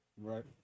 Right